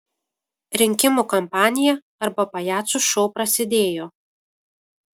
rinkimų kampanija arba pajacų šou prasidėjo